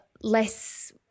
less